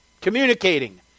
Communicating